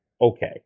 okay